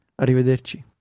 Arrivederci